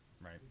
right